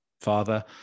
father